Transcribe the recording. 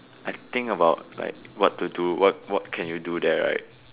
I think about like what to do what what can you do there right